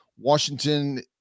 Washington